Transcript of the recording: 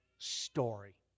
story